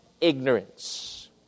ignorance